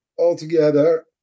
altogether